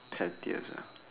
pettiest ah